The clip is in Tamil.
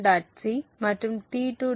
c மற்றும் T2